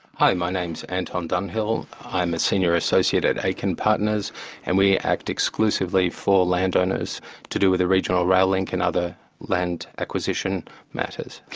hi, my name's anton dunhill. i'm a senior associate at atiken partners and we act exclusively for landowners to do with the regional rail link and other land acquisition matters.